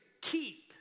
keep